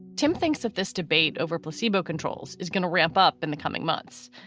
tim thinks that this debate over placebo controls is going to ramp up in the coming months.